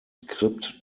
skript